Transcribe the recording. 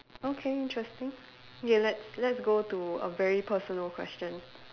okay interesting K let's let's go to a very personal question